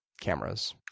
cameras